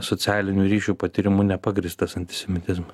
socialinių ryšių patyrimu nepagrįstas antisemitizma